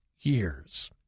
years